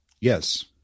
yes